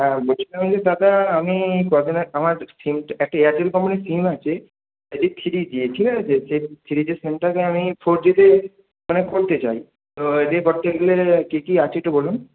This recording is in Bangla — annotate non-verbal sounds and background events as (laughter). হ্যাঁ বলছিলাম যে দাদা আমি (unintelligible) আমার (unintelligible) একটি এয়ারটেল কোম্পানির সিম আছে এটি থ্রি জি ঠিক আছে (unintelligible) থ্রি জি সিমটাকে আমি ফোর জিতে মানে করতে চাই (unintelligible) কী কী আছে একটু বলুন